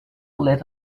let